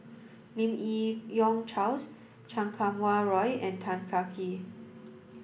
Lim Yi Yong Charles Chan Kum Wah Roy and Tan Kah Kee